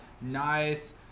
nice